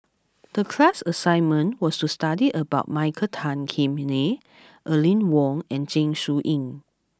the class assignment was to study about Michael Tan Kim Nei Aline Wong and Zeng Shouyin